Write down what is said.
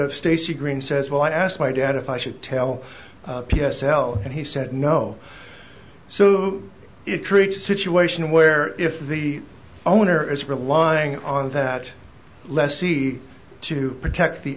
of stacy green says well i asked my dad if i should tell p s l and he said no so it creates a situation where if the owner is relying on that lessee to protect the